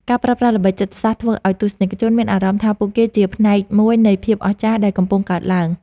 ការប្រើប្រាស់ល្បិចចិត្តសាស្ត្រធ្វើឱ្យទស្សនិកជនមានអារម្មណ៍ថាពួកគេជាផ្នែកមួយនៃភាពអស្ចារ្យដែលកំពុងកើតឡើង។